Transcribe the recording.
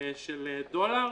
של דולר,